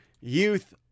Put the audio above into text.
youth